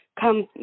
come